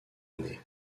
année